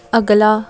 ਅਗਲਾ